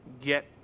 get